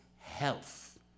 health